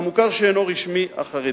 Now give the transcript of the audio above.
למוכר שאינו רשמי החרדי,